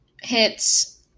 hits